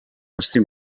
vostri